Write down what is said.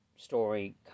story